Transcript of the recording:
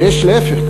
ויש להפך,